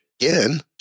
again